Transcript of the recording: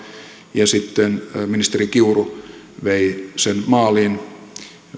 ja sitten ministeri kiuru vei sen maaliin